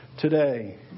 today